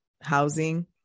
housing